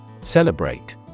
Celebrate